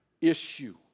issue